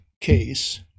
case